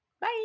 Bye